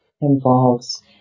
involves